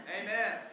Amen